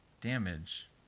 damage